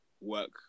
work